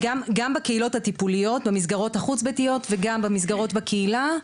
גם בקהילות הטיפוליות במסגרות החוץ ביתיות וגם במסגרות בקהילה,